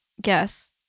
Guess